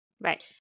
Right